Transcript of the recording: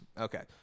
Okay